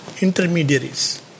Intermediaries